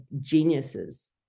geniuses